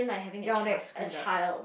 your dad screwed up